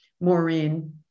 Maureen